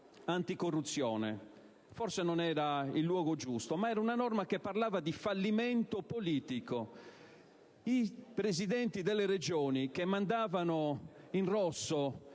anticorruzione. Forse non era il luogo giusto ove collocarla, ma era una norma che parlava di «fallimento politico». I presidenti delle Regioni che mandavano in rosso